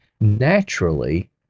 naturally